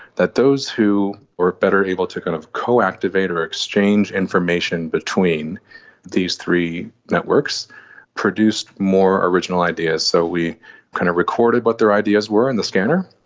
that those who were better able to kind of co-activate or exchange information between these three networks produced more original ideas. so we kind of recorded what their ideas were in the scanner,